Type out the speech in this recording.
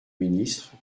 ministre